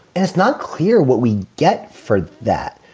it's not clear what we get for that,